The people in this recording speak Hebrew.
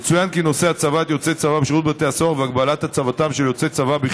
יצוין כי נושא הצבת יוצאי צבא בשירות בתי הסוהר,